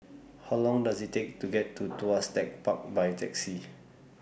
How Long Does IT Take to get to Tuas Tech Park By Taxi